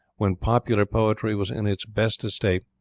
when popular poetry was in its best estate,